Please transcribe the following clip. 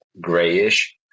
grayish